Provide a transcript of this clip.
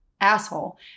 asshole